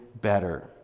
better